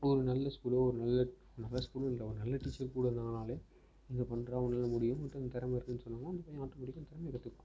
ஒரு நல்ல ஸ்கூலோ ஒரு நல்ல நல்ல ஸ்கூலு இல்லை நல்ல டீச்சரு கூட இருந்தாங்கன்னாலே இது பண்ணுறா உன்னால முடியும் உங்கிட்ட இந்த திறம இருக்குதுன்னு சொல்வாங்க அந்த பையன் ஆட்டோமெட்டிக்காக திறமைய கற்றுக்குவான்